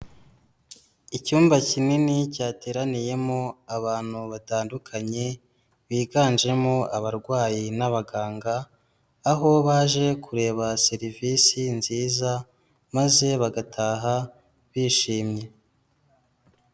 Icyumba kinini cyateraniyemo abantu batandukanye biganjemo abarwayi n'abaganga aho baje kureba serivisi nziza maze bagataha bishimye.